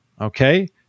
Okay